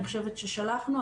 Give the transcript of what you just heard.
אני חושבת ששלחנו,